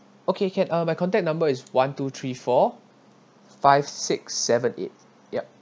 okay can uh my contact number is one two three four five six seven eight